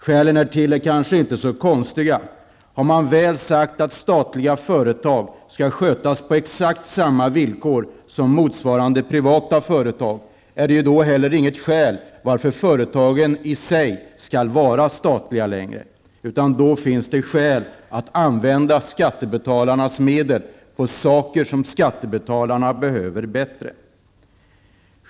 Skälen härtill är kanske inte så konstiga. Har man väl sagt att statliga företag skall skötas på exakt samma villkor som motsvarande privata företag, finns heller inget skäl till att företagen i sig längre skall vara statliga. Då finns det alla skäl att använda skattebetalarnas medel på saker som skattebetalarna bättre behöver.